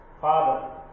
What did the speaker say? Father